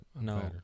No